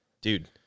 dude